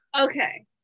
okay